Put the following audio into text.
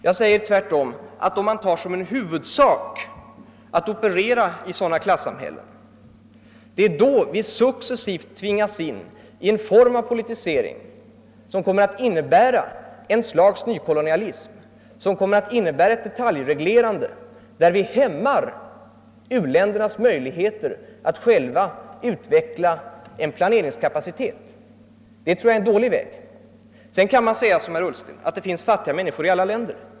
Jag säger tvärtom att det är om vi tar som en huvudsak att opere ra i sådana klassamhällen som vi successivt tvingas in i en form av politisering, som kommer att innebära ett slags nykolonialism med ett detaljreglerande som hämmar u-ländernas möjligheter att själva utveckla en planeringskapacitet. Det tror jag är en dålig väg. Visst kan man säga som herr Ullsten att det finns fattiga människor i alla länder.